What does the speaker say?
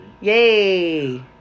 Yay